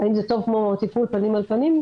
האם זה טוב כמו טיפול פנים אל פנים?